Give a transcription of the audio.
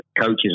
coaches